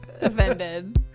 offended